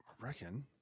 reckon